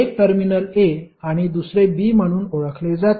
एक terminal a आणि दुसरे b म्हणून ओळखले जाते